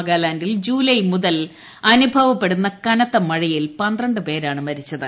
നാഗാലാൻഡിൽ July മുതൽ അനുഭവപ്പെടുന്ന കനത്ത മഴയിൽ പന്ത്രണ്ട് പേരാണ് മരിച്ചത്